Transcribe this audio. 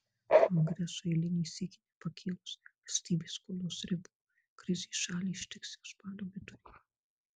kongresui eilinį sykį nepakėlus valstybės skolos ribų krizė šalį ištiks jau spalio viduryje